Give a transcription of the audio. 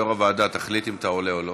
יושב-ראש הוועדה, תחליט אם אתה עולה או לא.